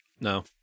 No